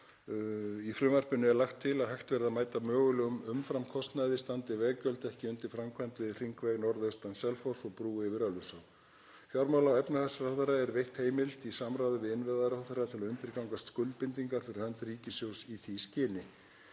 Í frumvarpinu er lagt til að hægt verði að mæta mögulegum umframkostnaði standi veggjöld ekki undir framkvæmd við hringveg norðaustan Selfoss og brú yfir Ölfusá. Fjármála- og efnahagsráðherra er veitt heimild, í samráði við innviðaráðherra, til að undirgangast skuldbindingar fyrir hönd ríkissjóðs í því skyni.